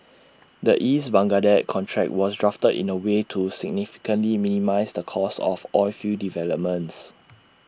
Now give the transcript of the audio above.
the east Baghdad contract was drafted in A way to significantly minimise the cost of oilfield developments